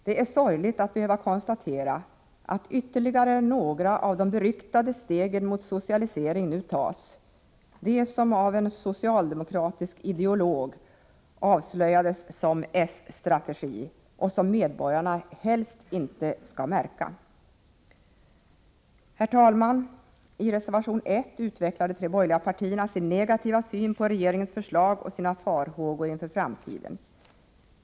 Det är sorgligt att behöva konstatera att ytterligare några av de beryktade stegen mot socialisering nu tas, de som en socialdemokratisk ideolog avslöjade som s-strategi och som medborgarna helst inte skall märka. Herr talman! I reservation 1 utvecklar de tre borgerliga partierna sin negativa syn på regeringens förslag och sina farhågor inför framtiden.